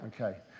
Okay